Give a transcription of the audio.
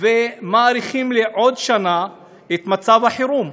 ומאריכים לעוד שנה את מצב החירום.